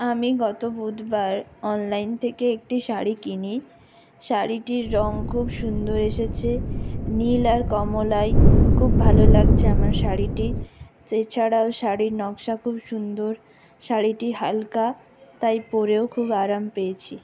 আমি গত বুধবার অনলাইন থেকে একটি শাড়ি কিনি শাড়িটির রঙ খুব সুন্দর এসেছে নীল আর কমলায় খুব ভালো লাগছে আমার শাড়িটি এছাড়াও শাড়ির নকশা খুব সুন্দর শাড়িটি হালকা তাই পরেও খুব আরাম পেয়েছি